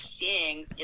seeing